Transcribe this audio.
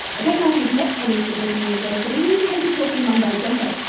i don't know if you've met any people from a university. we tend to talk in mumbo-jumbo.